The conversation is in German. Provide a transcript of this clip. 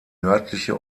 nördliche